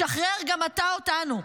שחרר גם אתה אותנו.